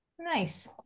Nice